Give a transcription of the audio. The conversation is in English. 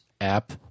app